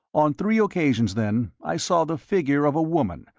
on three occasions, then, i saw the figure of a woman,